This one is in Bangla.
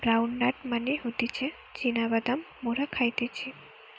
গ্রাউন্ড নাট মানে হতিছে চীনা বাদাম মোরা খাইতেছি